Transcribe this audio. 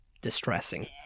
distressing